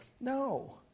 No